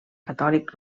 catòlic